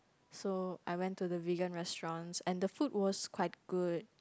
so I went to the vegan restaurants and the food was quite good